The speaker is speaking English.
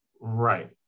Right